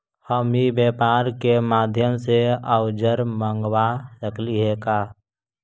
हम ई व्यापार के माध्यम से औजर मँगवा सकली हे का?